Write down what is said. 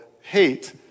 hate